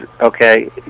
okay